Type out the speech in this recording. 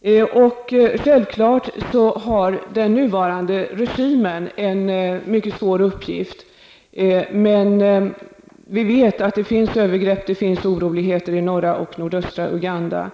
Självfallet har den nuvarande regimen en mycket svår uppgift. Det förekommer övergrepp och oroligheter i norra och nordöstra Uganda.